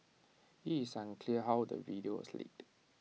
IT is unclear how the video was leaked